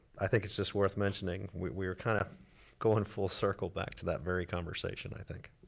i think it's just worth mentioning, we we were kinda goin' full circle back to that very conversation, i think.